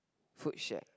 Foodshed